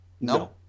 No